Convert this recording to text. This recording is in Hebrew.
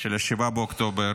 של 7 באוקטובר,